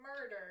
Murder